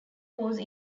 course